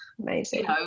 Amazing